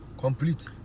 complete